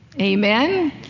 Amen